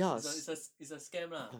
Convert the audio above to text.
it's a it's a it's a scam lah